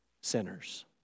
sinners